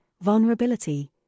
vulnerability